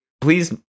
please